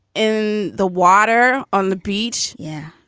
in the water on the beach yeah,